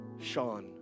Sean